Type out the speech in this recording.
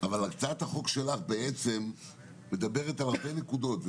הצעת החוק הזו מדברת על הרבה נקודות: